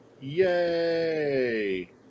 Yay